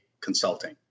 Consulting